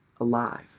alive